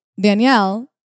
Danielle